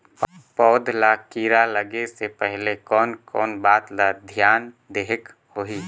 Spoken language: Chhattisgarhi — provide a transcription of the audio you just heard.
पौध ला कीरा लगे से पहले कोन कोन बात ला धियान देहेक होही?